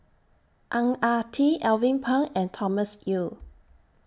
Ang Ah Tee Alvin Pang and Thomas Yeo